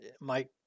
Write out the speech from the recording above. Mike